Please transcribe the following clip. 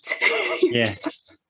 Yes